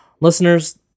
Listeners